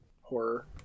horror